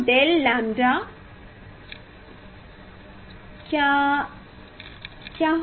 del lambda क्या है